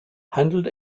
handelt